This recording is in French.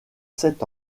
sept